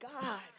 God